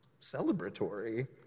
celebratory